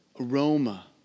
aroma